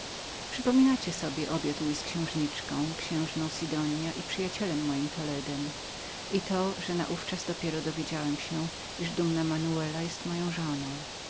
przypominacie sobie obiad mój z księżniczką księżną sidonia i przyjacielem moim toledem i jak naówczas dopiero dowiedziałem się że dumna manuela była moją żoną